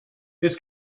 this